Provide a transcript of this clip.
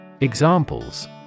Examples